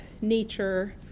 nature